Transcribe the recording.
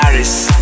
Paris